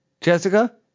Jessica